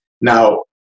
Now